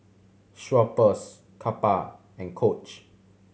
Schweppes Kappa and Coach